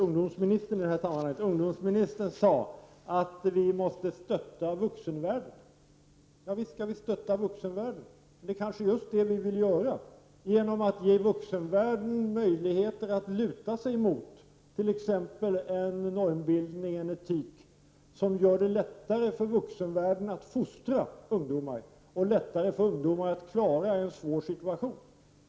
Ungdomsministern sade att vi måste stötta vuxenvärlden. Ja, visst skall vi stötta vuxenvärlden. Om vuxenvärlden får möjligheter att luta sig mot t.ex en normbildning eller en etik kan den lättare fostra ungdomar, och ungdomar kan lättare klara av en svår situation.